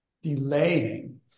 delaying